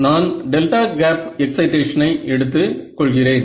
நான் delta gap எக்சைடேஷனை எடுத்து கொள்கிறேன்